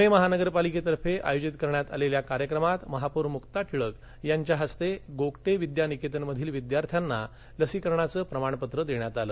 पुणे महानगरपालिकेतर्फे आयोजित करण्यात आलेल्या कार्यक्रमात महापौर मुक्ता टिळक यांच्या हस्ते गोगटे विद्यानिकेतनमधील विद्यार्थ्यांना लसीकरणाचं प्रमाणपत्र देण्यात आलं